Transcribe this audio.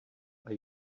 are